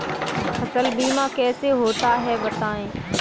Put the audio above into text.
फसल बीमा कैसे होता है बताएँ?